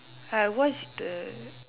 I watch the